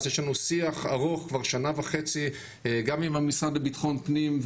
יש לנו שיח ארוך כבר שנה וחצי גם עם המשרד לביטחון פנים.